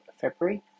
February